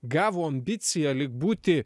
gavo ambiciją lyg būti